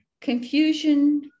confusion